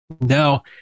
Now